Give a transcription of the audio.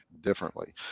differently